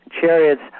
Chariots